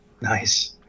Nice